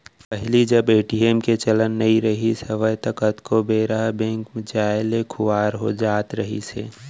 पहिली जब ए.टी.एम के चलन नइ रिहिस हवय ता कतको बेरा ह बेंक के जाय ले खुवार हो जात रहिस हे